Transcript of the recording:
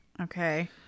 Okay